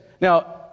Now